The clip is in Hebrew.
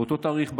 באותו תאריך,